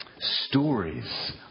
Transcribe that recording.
Stories